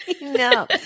no